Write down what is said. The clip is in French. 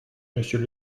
monsieur